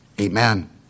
Amen